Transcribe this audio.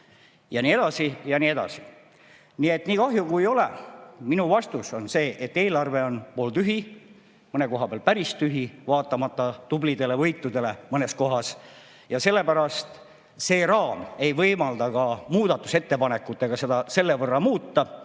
Ja nii edasi ja nii edasi. Nii et nii kahju kui ei ole, minu vastus on see, et eelarve on pooltühi, mõne koha peal päris tühi, vaatamata tublidele võitudele mõnes kohas. Ja see raam ei võimalda ka muudatusettepanekutega seda vajalikul määral muuta,